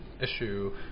issue